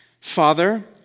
Father